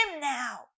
now